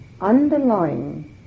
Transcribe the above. underlying